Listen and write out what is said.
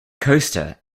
coaster